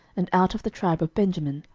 and out of the tribe of benjamin,